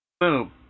Boom